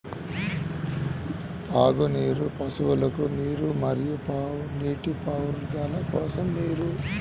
త్రాగునీరు, పశువులకు నీరు మరియు నీటిపారుదల కోసం నీరు